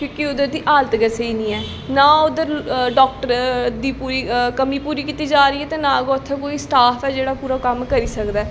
कि केह् ओह्दी हालात गै स्हेई निं ऐ नां उद्धर डाक्टरें दी कमी पूरी कीती जा करदी ते नां गै उत्थै कोई स्टॉफ ऐ जेह्ड़ा पूरा कम्म करी सकदा ऐ